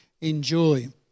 enjoy